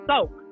soak